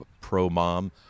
pro-mom